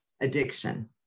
addiction